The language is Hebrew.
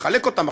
מחלק אותם,